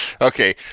Okay